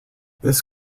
this